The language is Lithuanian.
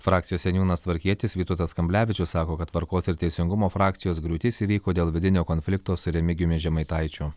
frakcijos seniūnas tvarkietis vytautas kamblevičius sako kad tvarkos ir teisingumo frakcijos griūtis įvyko dėl vidinio konflikto su remigijumi žemaitaičiu